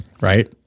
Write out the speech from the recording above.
Right